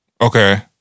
Okay